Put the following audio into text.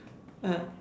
ah